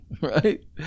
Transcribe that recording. right